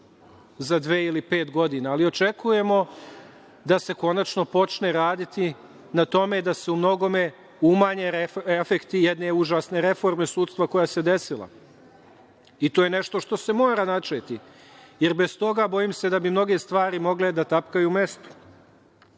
za dve ili pet godina, ali očekujemo da se konačno počne raditi na tome da se u mnogome umanje efekti jedne užasne reforme sudstva koja se desila. To je nešto što se mora načeti, jer bez toga, bojim se, da bi mnoge stvari mogle da tapkaju u mestu.